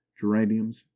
geraniums